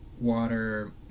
water